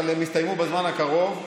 אבל הם יסתיימו בזמן הקרוב,